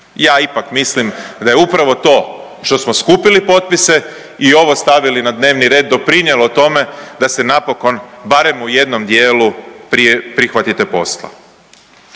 ja ipak mislim da je upravo to što smo skupili potpise i ovo stavili na dnevni red doprinijelo tome da se napokon barem u jednom dijelu prihvatite posla.